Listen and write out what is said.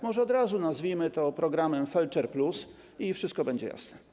Może od razu nazwijmy to programem felczer+ i wszystko będzie jasne.